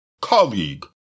colleague